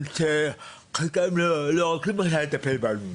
חלקם בכלל לא רוצים לטפל בנו,